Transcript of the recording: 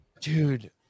Dude